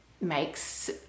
makes